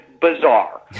bizarre